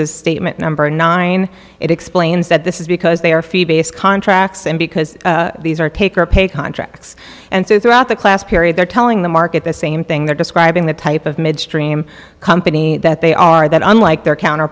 this is statement number nine it explains that this is because they are fee based contracts and because these are take or pay contracts and so throughout the class period they're telling the market the same thing they're describing the type of midstream company that they are that unlike their counter